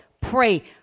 Pray